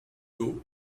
d’eau